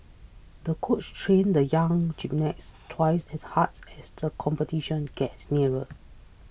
the coach trained the young gymnast twice as hard as the competition gets neared